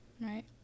Right